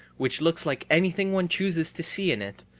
which looks like anything one chooses to see in it,